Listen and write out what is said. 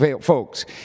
folks